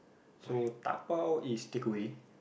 so dabao is takeaway